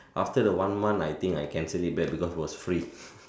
after the one month I think I cancel it back because it was free